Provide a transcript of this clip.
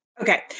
Okay